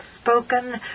spoken